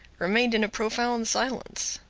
remained in a profound silence.